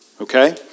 okay